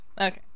okay